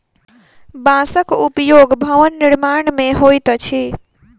बांसक उपयोग भवन निर्माण मे होइत अछि